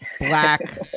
black